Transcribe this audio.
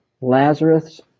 Lazarus